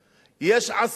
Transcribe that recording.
יש אוכלוסייה שרוצה לעבוד,